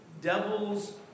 devil's